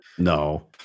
No